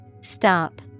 Stop